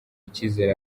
icyizere